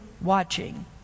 watching